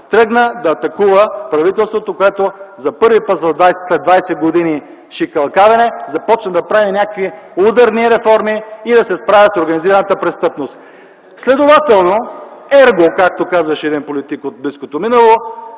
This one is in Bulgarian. Тръгна да атакува правителството, което за първи път след 20 години шикалкавене започна да прави някакви ударни реформи и да се справя с организираната престъпност. Следователно „ерго” – както казваше един политик от близкото минало